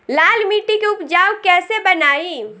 लाल मिट्टी के उपजाऊ कैसे बनाई?